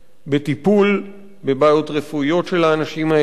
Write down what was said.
בטיפול בבעיות רפואיות של האנשים האלה,